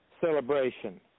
celebration